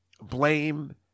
Blame